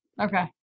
Okay